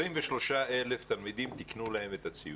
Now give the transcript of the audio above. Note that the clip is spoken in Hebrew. ל-23,000 תלמידים תיקנו את הציון,